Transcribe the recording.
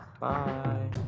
Bye